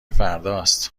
فرداست